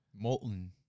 molten